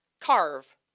carve